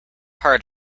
heart